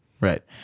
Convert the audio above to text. Right